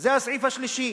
זה הסעיף השלישי.